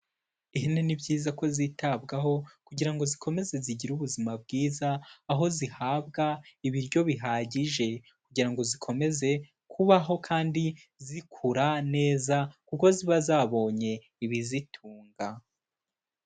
Ihene ni byiza ko zitabwaho kugira ngo zikomeze zigire ubuzima bwiza, aho zihabwa ibiryo bihagije kugira ngo zikomeze kubaho kandi zikura neza kuko ziba zabonye ibizitunga.